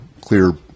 clear